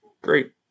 Great